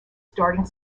starting